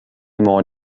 more